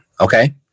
Okay